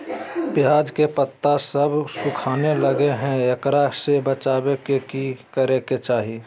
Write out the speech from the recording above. प्याज के पत्ता सब सुखना गेलै हैं, एकरा से बचाबे ले की करेके चाही?